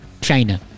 China